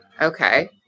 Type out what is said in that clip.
Okay